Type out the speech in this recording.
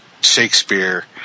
Shakespeare